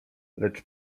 lecz